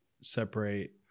separate